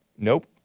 Nope